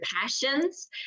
passions